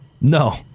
No